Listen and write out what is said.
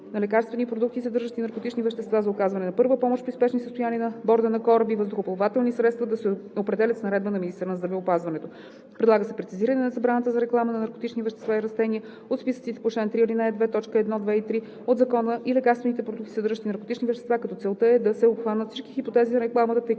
на лекарствени продукти, съдържащи наркотични вещества за оказване на първа помощ при спешни състояния на борда на кораби и въздухоплавателни средства, да се определят с наредба на министъра на здравеопазването. Предлага се прецизиране на забраната за реклама на наркотични вещества и растения от списъците по чл. 3, ал. 2, т. 1, 2 и 3 от ЗКНВП и лекарствени продукти, съдържащи наркотични вещества, като целта е да се обхванат всички хипотези на рекламата,